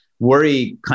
Worry